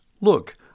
Look